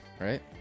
right